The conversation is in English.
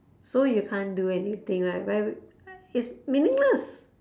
so you can't do anything right it's meaningless